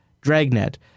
dragnet